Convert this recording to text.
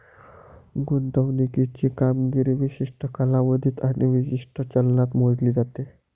गुंतवणुकीची कामगिरी विशिष्ट कालावधीत आणि विशिष्ट चलनात मोजली जाते